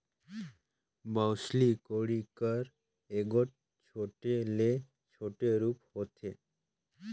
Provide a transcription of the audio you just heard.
बउसली कोड़ी कर एगोट छोटे ले छोटे रूप होथे